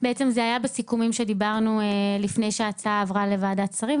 זה היה בסיכומים שדיברנו לפני שההצעה עברה לוועדת שרים,